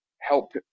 help